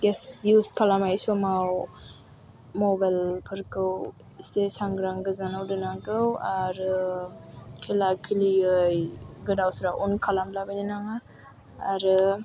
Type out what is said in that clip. gas use खालामनाय समाव मबाइलफोरखौ इसे सांग्रां गोजानाव दोननांगौ आरो खुला खुलियै गोदाव सोराव अन खालामला बायनो नाङा आरो